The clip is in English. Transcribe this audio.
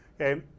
okay